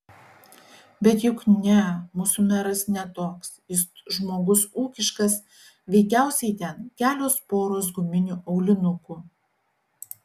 bet juk ne mūsų meras ne toks jis žmogus ūkiškas veikiausiai ten kelios poros guminių aulinukų